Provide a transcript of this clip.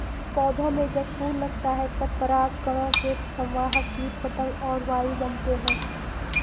पौधों में जब फूल लगता है तब परागकणों के संवाहक कीट पतंग और वायु बनते हैं